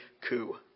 coup